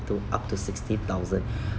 to up to sixty thousand